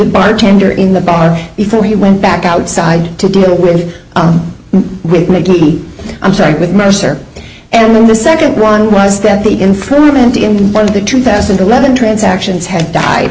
bartender in the bar before he went back outside to deal with with i'm sorry with mercer and the second one was that the informant in one of the two thousand and eleven transactions had